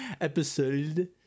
episode